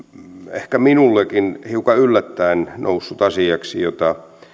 ehkä minullekin hiukan yllättäen noussut asiaksi jota